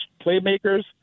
playmakers